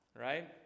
right